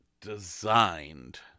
designed